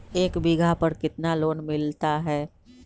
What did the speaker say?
एक बीघा पर कितना लोन मिलता है?